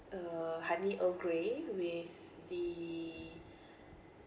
uh honey earl grey with the